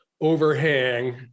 overhang